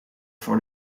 for